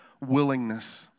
willingness